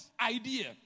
idea